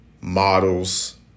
models